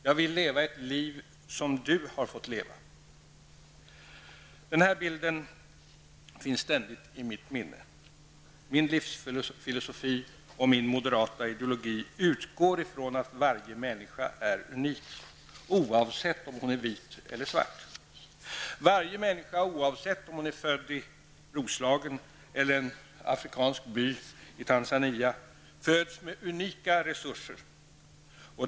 Jag vill leva ett liv som du har fått leva. Den här bilden finns ständigt i mitt minne. Min livsfilosofi och min moderata ideologi utgår ifrån att varje människa är unik, oavsett om hon är vit eller svart. Varje människa, oavsett om hon är född i Roslagen eller i en afrikansk by i Tanzania, föds med unika resurser.